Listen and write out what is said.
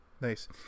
Nice